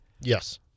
Yes